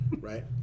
right